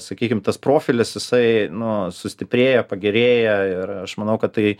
sakykim tas profilis jisai nu sustiprėja pagerėja ir aš manau kad tai